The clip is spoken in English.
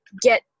get